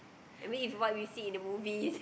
I mean if you what we see in the movies